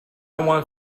want